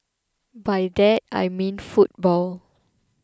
by that I mean football